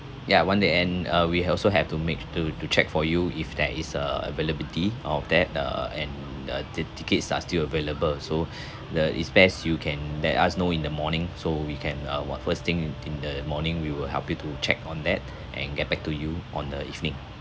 ya one day and uh we also have to make to to check for you if there is uh availability of that uh and the the tickets are still available so the it's best you can let us know in the morning so we can uh what first thing in in the morning we will help you to check on that and get back to you on the evening